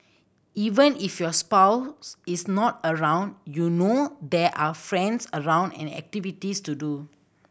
even if your spouse is not around you know there are friends around and activities to do